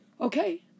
Okay